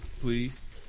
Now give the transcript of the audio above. please